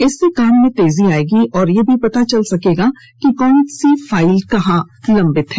इससे काम में तेजी आएगी और यह भी पता चल पाएगा कि कौन सी फाइल कहां लम्बित है